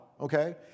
okay